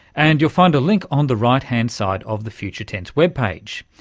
and you'll find a link on the right-hand side of the future tense web page.